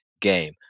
game